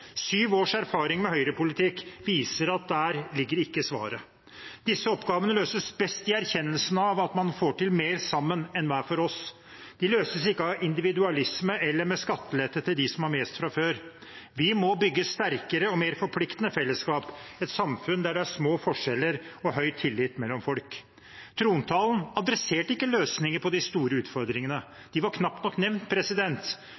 års erfaring med høyrepolitikk viser at der ligger ikke svaret. Disse oppgavene løses best i erkjennelsen av at man får til mer sammen enn hver for seg. De løses ikke av individualisme eller med skattelette til dem som har mest fra før. Vi må bygge sterkere og mer forpliktende fellesskap, et samfunn der det er små forskjeller og høy tillit mellom folk. Trontalen adresserte ikke løsninger på de store